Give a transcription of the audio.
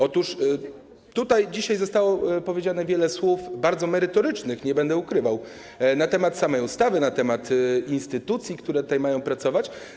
Otóż dzisiaj zostało tutaj powiedzianych wiele słów bardzo merytorycznych, nie będę ukrywał, na temat samej ustawy, na temat instytucji, które tutaj mają pracować.